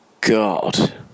God